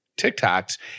TikToks